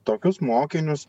tokius mokinius